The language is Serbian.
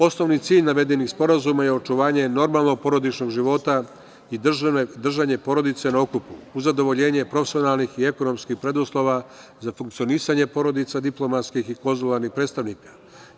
Osnovni cilj navedenih sporazuma je očuvanje normalnog porodičnog života i držanje porodice na okupu, uz zadovoljenje profesionalnih i ekonomskih preduslova za funkcionisanje porodica diplomatskih i konzularnih predstavnika.